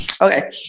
Okay